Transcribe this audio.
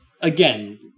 Again